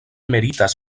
meritas